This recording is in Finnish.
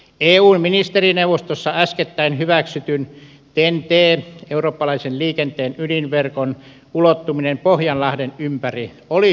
eun ministerineuvostossa äskettäin hyväksytyn ten tn eurooppalaisen liikenteen ydinverkon ulottuminen pohjanlahden ympäri oli hyvä avaus